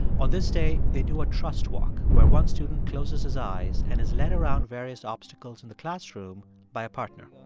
on this day, they do a trust walk where one student closes his eyes and is led around various obstacles in the classroom by a partner